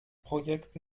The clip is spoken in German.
projekt